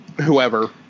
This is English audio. whoever